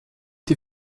die